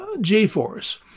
g-force